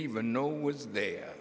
even know was there